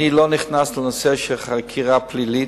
אני לא נכנס לנושא של חקירה פלילית,